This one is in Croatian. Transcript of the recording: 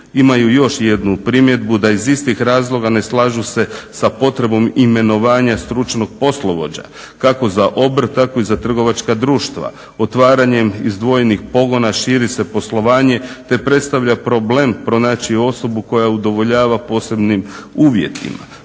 imaju još jednu primjedbu da iz istih razloga ne slažu se sa potrebom imenovanja stručnog poslovođe kako za obrt tako i za trgovačka društva otvaranjem izdvojenih pogona širi se poslovanje, te predstavlja problem pronaći osobu koja udovoljava posebnim uvjetima.